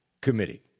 committee